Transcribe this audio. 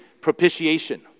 propitiation